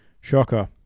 Shocker